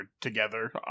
together